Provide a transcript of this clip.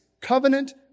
covenant